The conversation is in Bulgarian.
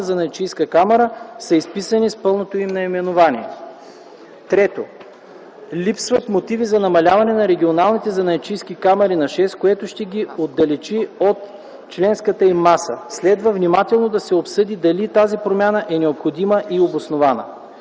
занаятчийска камара са изписани с пълното им наименование. 3. Липсват мотиви за намаляването на регионалните занаятчийски камари на шест, което ще ги отдалечи от членската им маса. Следва внимателно да се обсъди дали тази промяна е необходима и обоснована.